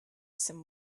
some